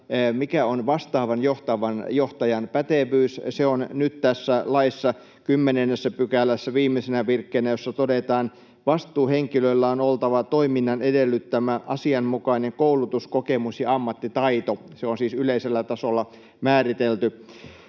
Mikä on vastaavan johtajan pätevyys? Se on nyt tässä laissa 10 §:ssä viimeisenä virkkeenä, jossa todetaan: ”Vastuuhenkilöllä on oltava toiminnan edellyttämä asianmukainen koulutus, kokemus ja ammattitaito.” Se on siis yleisellä tasolla määritelty.